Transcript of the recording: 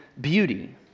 beauty